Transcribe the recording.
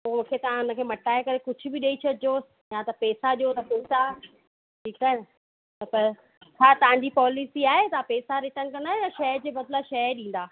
पोइ मूंखे तव्हां उनखे मटाए करे कुझु बि ॾेई छॾिजो या त पैसा ॾियो त पैसा ठीकु आहे न त हा तव्हांजी पॉलिसी आहे तव्हां पैसा रिटर्न कंदा आयो या शइ जे बदिला शइ ॾींदा